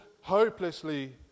hopelessly